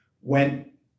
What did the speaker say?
went